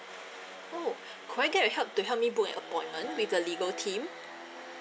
oh could I get your help to help me book an appointment with the legal team